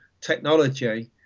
technology